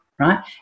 right